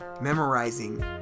memorizing